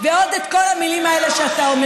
וכל פעם שאתה לא